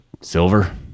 Silver